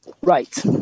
Right